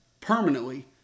permanently